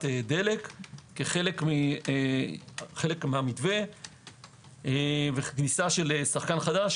דלק כחלק מהמתווה וכניסה של שחקן חדש,